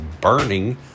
burning